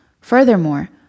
Furthermore